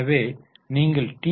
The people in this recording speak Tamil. எனவே நீங்கள் டி